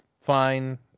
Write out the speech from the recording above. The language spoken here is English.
fine